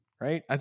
right